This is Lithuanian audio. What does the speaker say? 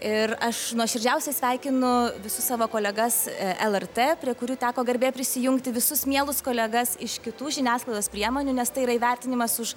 ir aš nuoširdžiausia sveikinu visus savo kolegas lr prie kurių teko garbė prisijungti visus mielus kolegas iš kitų žiniasklaidos priemonių nes tai yra įvertinimas už